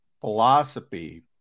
philosophy